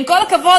עם כל הכבוד,